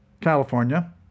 California